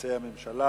ומסי הממשלה